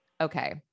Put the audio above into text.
Okay